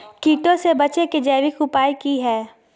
कीटों से बचे के जैविक उपाय की हैय?